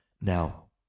Now